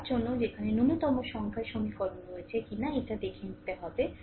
আর তার জন্য যেখানে ন্যূনতম সংখ্যার সমীকরণ রয়েছে কিনা এটা দেখে নিতে হবে